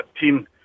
team